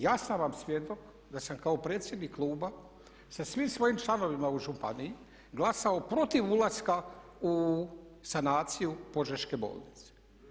Ja sam vam svjedok da sam kao predsjednik kluba sa svim svojim članovima u županiji glasao protiv ulaska u sanaciju Požeške bolnice.